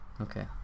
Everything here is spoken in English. Okay